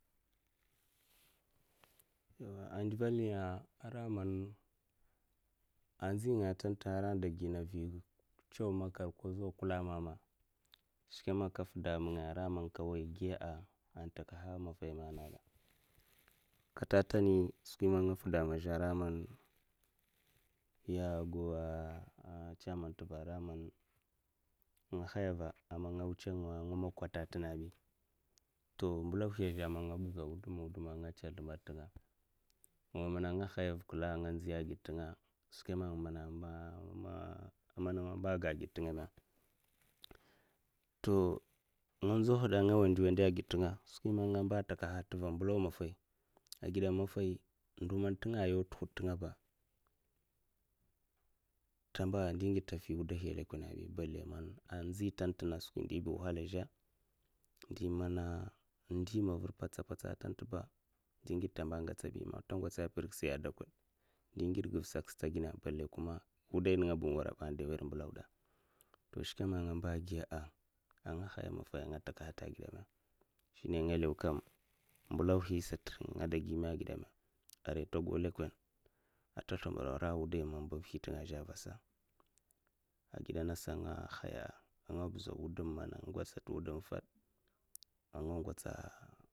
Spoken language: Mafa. Yawa a ndival ya ara man ndzi ngaya atanta hara adagi vi kulla amama, skwi ya man kafuda ama ngaya ara mna ada takaha maffahi mmè ana gada, skwi man yè fida mama ara man ya gau chairman man nga hayava man nga wuchè mkok kata a tènga abimbèlauhi azhè man nga chè nzlèmbad tènga, ara ngasa nga ndzau ahud tè di man naga windè wèndè agidè tinga tèva mbèlaw maffahi, tèva maffa kasun a ndohi man tènga way skwi tè tè hud tinka ba tawa fi wuday a lèkonè azbi zahalba a dèman man mbèlawa, kasu ndzi wudi tèpa azhè a kasun ngèchè skwi ndi ba agid njèlè, ngidè angats skwi mndi prèk ngèchè mana adakud agan wudi, wuday nènga ba n'wara ba ada wèr mbèlawa hi è, to agidè angasa skwi man nga zkaha aga tè di man anga da takaha a maffa avuna mè, shinè anga lèw kam skwi man nga da giya a mbèlau hi sata ata gi lèkonè ata lzaba ara wudahi man ta gau lèkonè agidè ngasa anga haya anga bèza a wudam man nga gadahasa wudam fad anga ngotsa a'